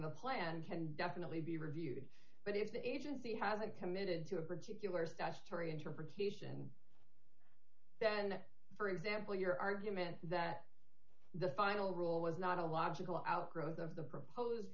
the plan can definitely be reviewed but if the agency hasn't committed to a particular statutory interpretation then for example your argument that the final rule was not a logical outgrowth of the proposed